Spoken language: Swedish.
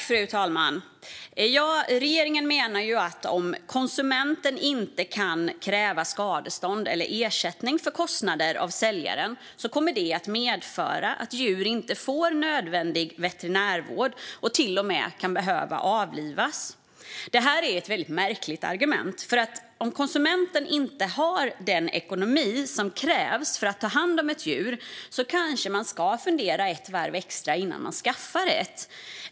Fru talman! Regeringen menar att om konsumenten inte kan kräva skadestånd eller ersättning för kostnader av säljaren kommer det att medföra att djur inte får nödvändig veterinärvård och till och med kan behöva avlivas. Det är ett väldigt märkligt argument, för om konsumenten inte har den ekonomi som krävs för att ta hand om ett djur kanske man ska fundera ett varv extra innan man skaffar det.